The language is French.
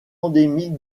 endémique